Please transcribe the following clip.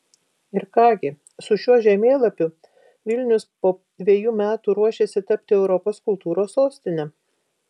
ir ką gi su šiuo žemėlapiu vilnius po dviejų metų ruošiasi tapti europos kultūros sostine